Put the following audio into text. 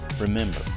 remember